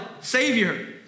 Savior